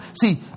see